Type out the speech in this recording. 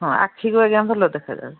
ହଁ ଆଖିକୁ ଆଜ୍ଞା ଭଲ ଦେଖାଯାଏ